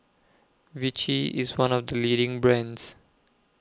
Vichy IS one of The leading brands